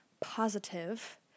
positive